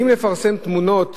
האם לפרסם תמונות